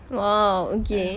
!wow! okay